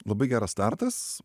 labai geras startas